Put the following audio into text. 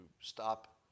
stop